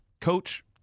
Coach